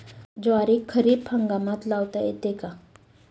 ज्वारी खरीप हंगामात लावता येते का?